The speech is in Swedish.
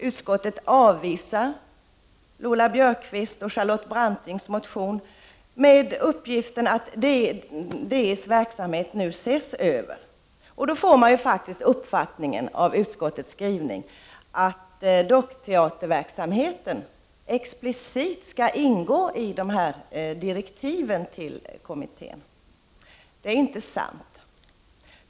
Utskottet avvisar Lola Björkquists och Charlotte Brantings motion med uppgiften att Dramatiska institutets verksamhet nu ses över. Man får faktiskt av utskottets skrivning den uppfattningen att dockteaterverksamheten explicit skall ingå i direktiven till kommittén. Det är inte sant.